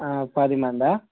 పది మందా